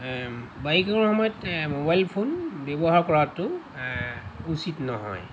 বাইকিঙৰ সময়ত mobile phone ব্যৱহাৰ কৰাটো উচিত নহয়